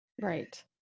Right